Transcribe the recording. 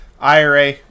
IRA